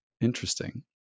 Interesting